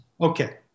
okay